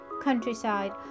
countryside